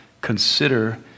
consider